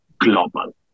global